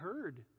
heard